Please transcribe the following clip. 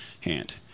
hand